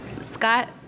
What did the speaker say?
Scott